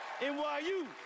NYU